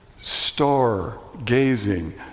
star-gazing